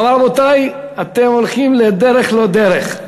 הוא אמר: רבותי, אתם הולכים לדרך לא-דרך.